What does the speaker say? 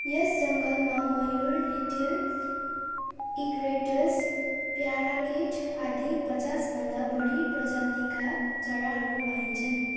यस जङ्गलमा मयूर little egrets parakeet आदि पचासभन्दा बढि प्रजातिका चराहरू पाइन्छन्